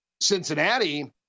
Cincinnati